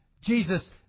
Jesus